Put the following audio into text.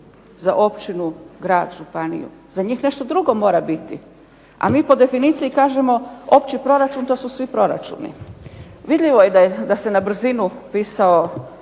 za općinu, grad, županiju? Za njih nešto drugo mora biti. A mi po definiciji kažemo opći proračun, to su svi proračuni. Vidljivo je da se na brzinu pisao